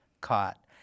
caught